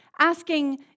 Asking